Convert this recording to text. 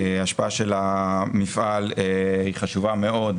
השפעת המפעל היא חשובה מאוד,